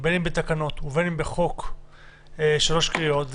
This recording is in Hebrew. בין אם בתקנות ובין אם בחוק שלוש קריאות,